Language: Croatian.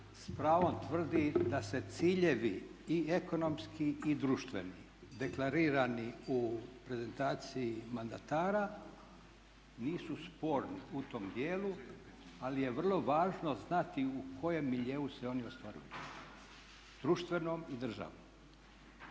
pravom tvrdi da se ciljevi i ekonomski i društveni deklarirani u prezentaciji mandatara nisu sporni u tom dijelu ali je vrlo važno znati u kojem miljeu se oni ostvaruju, društvenom i državnom.